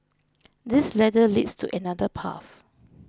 this ladder leads to another path